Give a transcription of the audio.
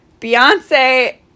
Beyonce